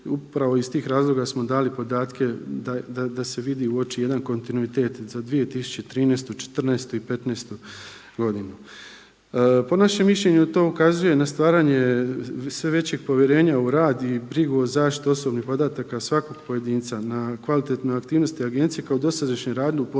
upravo iz tih razloga smo dali podatke da se vidi, uoči jedan kontinuitet za 2013., 14. i 15. godinu. Po našem mišljenju to ukazuje na stvaranje sve većeg povjerenja u rad i brigu o zaštiti osobnih podataka svakog pojedinca, na kvalitetne aktivnosti agencije kao dosadašnjem radu u području